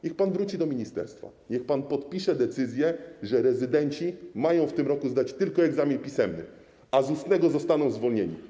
Niech pan wróci do ministerstwa, niech pan podpisze decyzję, że rezydenci mają w tym roku zdać tylko egzamin pisemny, a z ustnego zostaną zwolnieni.